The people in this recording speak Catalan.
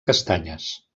castanyes